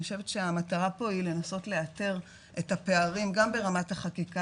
אני חושבת שהמטרה פה היא לנסות לאתר את הפערים גם ברמת החקיקה